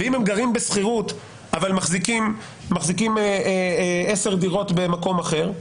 ואם הם גרים בשכירות אבל מחזיקים עשר דירות במקום אחר,